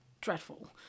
dreadful